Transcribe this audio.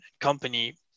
company